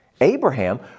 Abraham